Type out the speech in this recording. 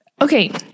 okay